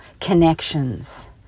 connections